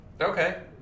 okay